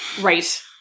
Right